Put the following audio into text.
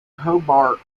hobart